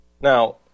Now